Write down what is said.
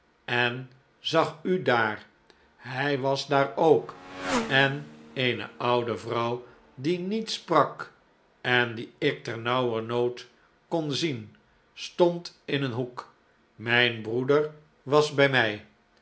en zag u daar hij was daar ook en eene oude vrouw die niet sprak en die ik ternauwernood kon zien stond in een hoek mijn broeder was by mij